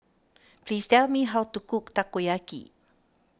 please tell me how to cook Takoyaki